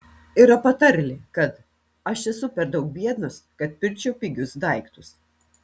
yra patarlė kad aš esu per daug biednas kad pirkčiau pigius daiktus